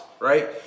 right